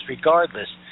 Regardless